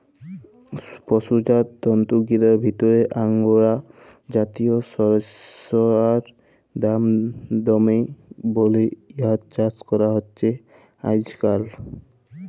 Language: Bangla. পসুজাত তন্তুগিলার ভিতরে আঙগোরা জাতিয় সড়সইড়ার দাম দমে বল্যে ইয়ার চাস করা হছে আইজকাইল